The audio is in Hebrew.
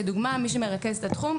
עם מי שמרכזת את התחום,